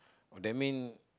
oh that mean